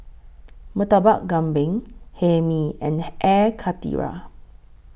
Murtabak Kambing Hae Mee and Air Karthira